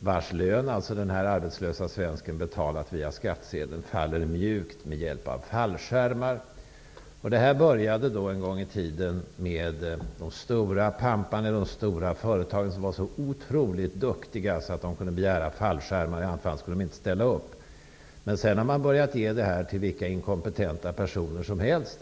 vars lön den arbetslösa svensken har betalat via skattsedeln faller mjukt med hjälp med fallskärmar. Det här började en gång i tiden med de stora pamparna i de stora företagen som var så otroligt duktiga att de kunde begära fallskärmar, i annat fall skulle de inte ställa upp. Men sedan har man börjat ge ett sådant skydd till vilka inkompetenta personer som helst.